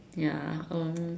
ya um